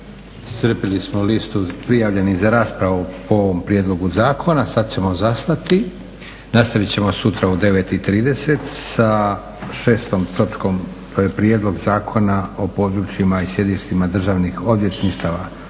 Iscrpili smo listu prijavljenih za raspravu po ovom prijedlogu zakona, sada ćemo zastati. Nastavit ćemo sutra u 9,30 sa 6.točkom to je Prijedlog zakona o područjima i sjedištima Državnih odvjetništava,